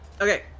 Okay